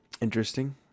Interesting